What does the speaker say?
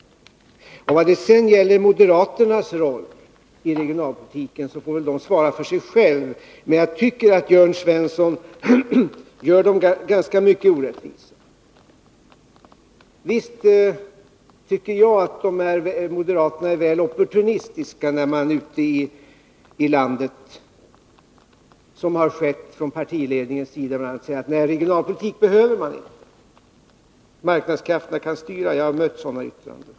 Vad gäller moderaternas roll i regionalpolitiken, får de väl svara för sig själva. Men jag tycker att Jörn Svensson gör dem ganska mycket orättvisa. Visst tycker jag att moderaterna är väl opportunistiska, när de ute i landet, som bl.a. partiledningen har gjort, säger: Nej, regionalpolitik behöver man inte, marknadskrafterna kan styra. Jag har mött sådana yttranden.